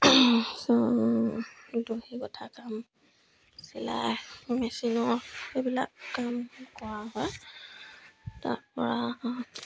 দহি গঠা কাম চিলাই মেচিনৰ এইবিলাক কাম কৰা হয় তাৰ পৰা